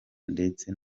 ndetse